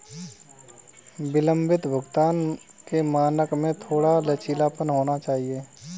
विलंबित भुगतान के मानक में थोड़ा लचीलापन होना चाहिए